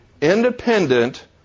independent